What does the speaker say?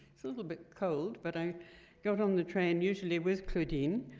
it's a little bit cold. but i got on the train usually with claudine,